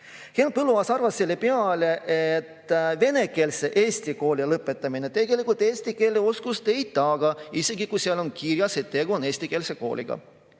Henn Põlluaas arvas selle peale, et venekeelse Eesti kooli lõpetamine tegelikult eesti keele oskust ei taga, isegi kui on kirjas, et tegu on eestikeelse kooliga.